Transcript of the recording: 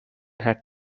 had